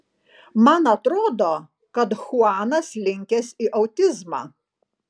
man atrodo kad chuanas linkęs į autizmą